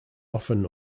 often